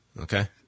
Okay